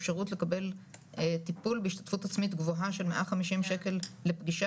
אפשרות לקבל טפול בהשתתפות עצמית גבוהה של 150 שקל לפגישה